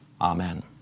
Amen